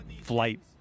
flight